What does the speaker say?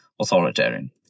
authoritarian